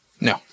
No